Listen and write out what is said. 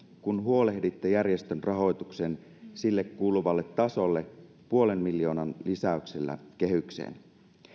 kun huolehditte järjestön rahoituksen sille kuuluvalle tasolle puolen miljoonan lisäyksellä kehykseen